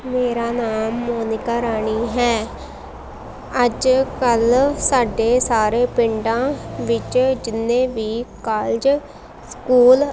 ਮੇਰਾ ਨਾਮ ਮੋਨੀਕਾ ਰਾਣੀ ਹੈ ਅੱਜ ਕੱਲ ਸਾਡੇ ਸਾਰੇ ਪਿੰਡਾਂ ਵਿੱਚ ਜਿੰਨੇ ਵੀ ਕਾਲਜ ਸਕੂਲ